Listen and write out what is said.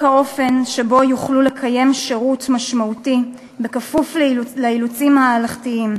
האופן שבו יוכלו לקיים שירות משמעותי בכפוף לאילוצים ההלכתיים,